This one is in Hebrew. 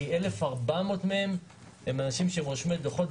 וכ-1,400 מהם הם אנשים שרושמי דוחות.